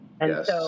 yes